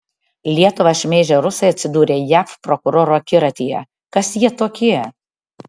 lietuvą šmeižę rusai atsidūrė jav prokurorų akiratyje kas jie tokie